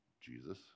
Jesus